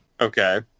Okay